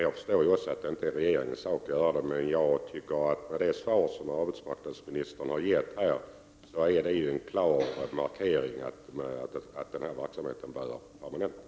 Jag förstår att det inte är regeringens sak att göra det, men jag tycker att det svar som arbetsmarknadsministern har lämnat är en klar markering av att verksamheten bör permanentas.